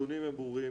הנתונים הם ברורים.